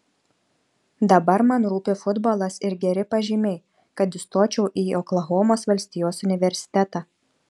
dabar man rūpi futbolas ir geri pažymiai kad įstočiau į oklahomos valstijos universitetą